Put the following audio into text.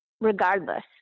regardless